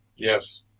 Yes